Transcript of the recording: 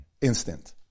Instant